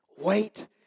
Wait